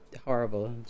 horrible